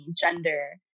gender